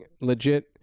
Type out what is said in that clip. legit